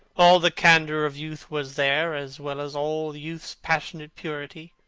all the candour of youth was there, as well as all youth's passionate purity.